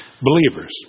Believers